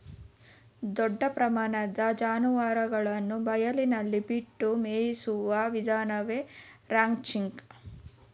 ದೊಡ್ಡ ಪ್ರಮಾಣದ ಜಾನುವಾರುಗಳನ್ನು ಬಯಲಿನಲ್ಲಿ ಬಿಟ್ಟು ಮೇಯಿಸುವ ವಿಧಾನವೇ ರಾಂಚಿಂಗ್